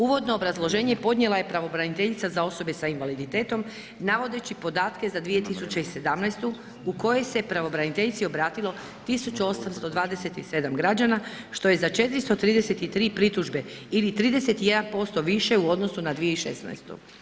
Uvodno obrazloženje podnijela je pravobraniteljica za osobe s invaliditetom navodeći podatke za 2017. u kojoj se pravobraniteljici obratilo 1827 građana što je za 433 pritužbe ili 31% više u odnosu na 2016.